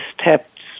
steps